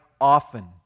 often